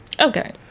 okay